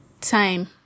time